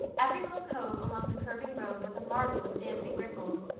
every little cove along the curving road was a marvel of dancing ripples.